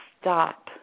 stop